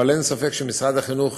אבל אין ספק שמשרד החינוך,